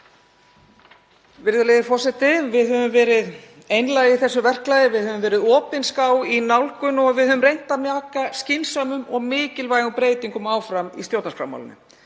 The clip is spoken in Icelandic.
Virðulegi forseti. Við höfum verið einlæg í þessu verklagi, við höfum verið opinská í nálgun og við höfum reynt að mjaka skynsömum og mikilvægum breytingum áfram í stjórnarskrármálinu.